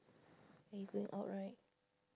uh you going out right